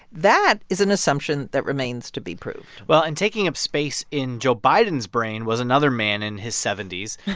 that is an assumption that remains to be proved well, and taking up space in joe biden's brain was another man in his seventy point s